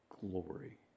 glory